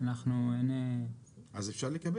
אנחנו --- אז אפשר לקבל.